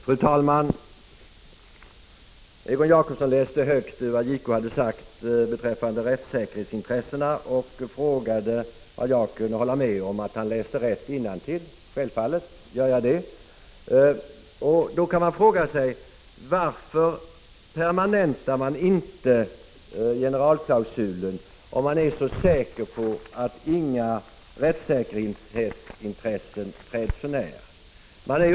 Fru talman! Egon Jacobsson läste högt ur vad JK hade sagt beträffande rättssäkerhetsintressena och frågade, om jag kunde hålla med om att han läste rätt innantill. Självfallet gör jag det. Då är frågan: Varför permanentar man inte generalklausulen, om man är så säker på att inga rättssäkerhetsintressen träds för när?